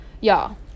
Y'all